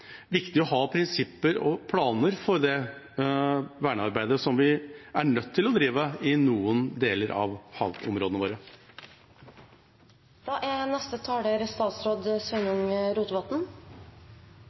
viktig å ha prinsipper og planer for det vernearbeidet som vi er nødt til å drive i noen deler av havområdene våre. Dette er